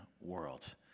world